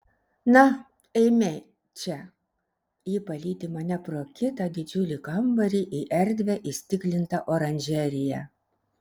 na eime čia ji palydi mane pro kitą didžiulį kambarį į erdvią įstiklintą oranžeriją